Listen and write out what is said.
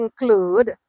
include